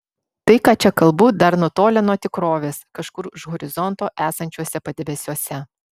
tai ką čia kalbu dar nutolę nuo tikrovės kažkur už horizonto esančiuose padebesiuose